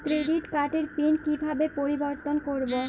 Credit কার্ডের PIN কিভাবে পরিবর্তন করবো?